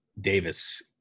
Davis